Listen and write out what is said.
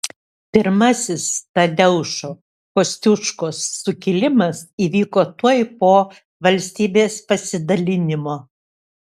pirmasis tadeušo kosciuškos sukilimas įvyko tuoj po valstybės pasidalinimo